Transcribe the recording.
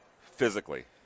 physically